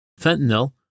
Fentanyl